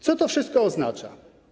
Co to wszystko oznacza?